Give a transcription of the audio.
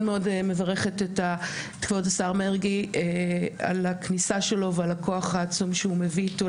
מאוד מברכת את כבוד השר מרגי על הכניסה שלו ועל הכוח העצום שהוא מביא אתו,